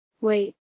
Wait